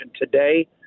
Today